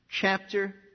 chapter